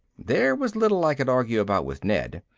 there was little i could argue about with ned.